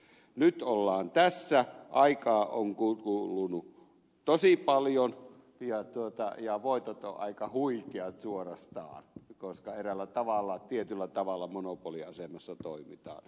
nyt ollaan tässä aikaa on kulunut tosi paljon ja voitot ovat aika huikeat suorastaan koska eräällä tietyllä tavalla monopoliasemassa toimitaan